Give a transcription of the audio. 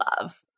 love